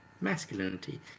masculinity